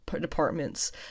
departments